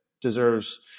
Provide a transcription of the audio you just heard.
deserves